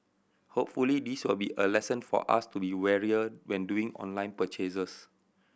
hopefully this will be a lesson for us to be warier when doing online purchases